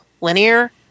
linear